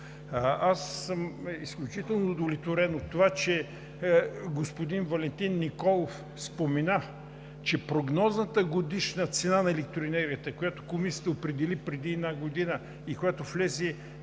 Аз съм изключително удовлетворен от това, че господин Валентин Николов спомена, че прогнозната годишна цена на електроенергията, която Комисията определи преди една година, и когато влезе,